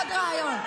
עוד ריאיון.